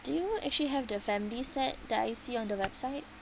do you know actually have the family set that I see on the website